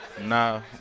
No